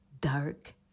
dark